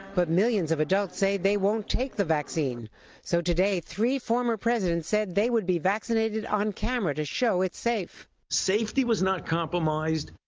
but millions of adults say they won't take the vaccine so today three former presidents said they would be vaccinated on camera to show it's safe. safety was not compromised.